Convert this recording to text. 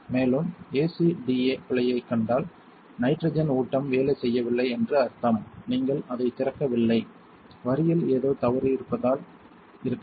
மேலும் ACDA பிழையைக் கண்டால் நைட்ரஜன் ஊட்டம் வேலை செய்யவில்லை என்று அர்த்தம் நீங்கள் அதைத் திறக்கவில்லை வரியில் ஏதோ தவறு இருப்பதால் இருக்கலாம்